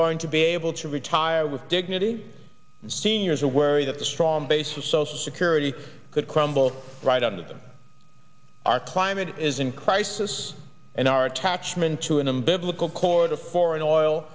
going to be able to retire with dignity and seniors to worry that the strong base of social security could crumble right up to them our climate is in crisis and our attachment to an umbilical cord to foreign oil